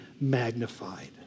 magnified